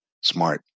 smart